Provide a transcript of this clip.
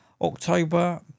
October